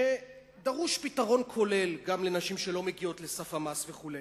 דרוש פתרון כולל גם לנשים שלא מגיעות לסף המס וכו',